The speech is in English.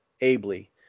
ably